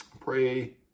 Pray